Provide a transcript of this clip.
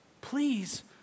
Please